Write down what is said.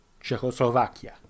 Czechoslovakia